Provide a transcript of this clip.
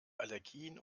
allergien